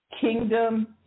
Kingdom